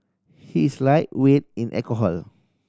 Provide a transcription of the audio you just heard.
he is lightweight in alcohol